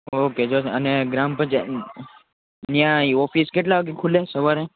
okay જો અને ગ્રામ પંચાયત ન્યાય ઓફિસ કેટલા વાગે ખૂલે સવારે